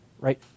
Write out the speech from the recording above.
right